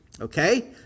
okay